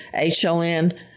HLN